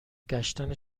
گشتن